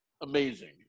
amazing